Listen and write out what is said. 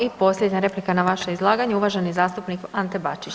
I posljednja replika na vaše izlaganje, uvaženi zastupnik Ante Bačić.